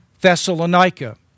Thessalonica